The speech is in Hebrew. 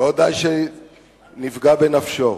לא די שנפגע בנפשו,